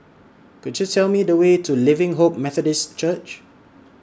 Could YOU Tell Me The Way to Living Hope Methodist Church